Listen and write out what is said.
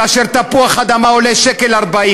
כאשר תפוח-אדמה עולה 1.40 שקלים,